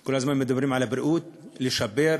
כל הזמן מדברים על הבריאות, לשפר,